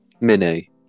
Mini